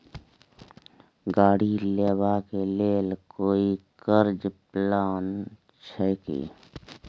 गाड़ी लेबा के लेल कोई कर्ज प्लान छै की?